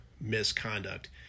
misconduct